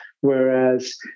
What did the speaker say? whereas